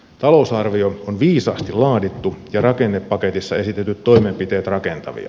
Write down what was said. talousarvio on viisaasti laadittu ja rakennepaketissa esitetyt toimenpiteet rakentavia